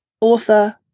Author